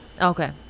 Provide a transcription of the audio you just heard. Okay